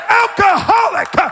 alcoholic